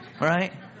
Right